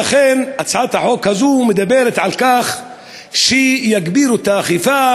לכן הצעת החוק הזאת מדברת על כך שיגבירו את האכיפה,